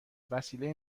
وسیله